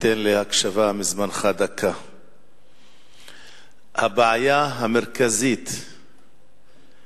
תיתן לי הקשבה דקה מזמנך, הבעיה המרכזית האמיתית